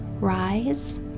rise